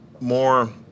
more